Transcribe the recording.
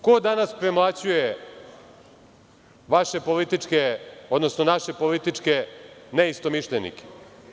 Ko danas premlaćuje vaše političke, odnosno naše političke ne istomišljenike?